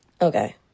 Okay